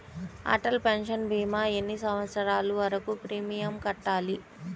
Atal pension భీమా ఎన్ని సంవత్సరాలు వరకు ప్రీమియం కట్టాలి?